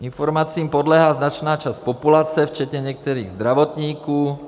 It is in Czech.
Informacím podléhá značná část populace, včetně některých zdravotníků.